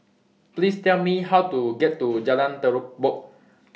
Please Tell Me How to get to Jalan Terubok